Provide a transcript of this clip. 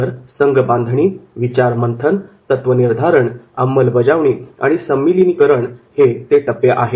तर संघ बांधणी विचारमंथन तत्वनिर्धारण अंमलबजावणी आणि संमिलीकरण हे ते टप्पे आहेत